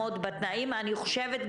ליאת, אנחנו לא שומעים אותך טוב.